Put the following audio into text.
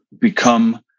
become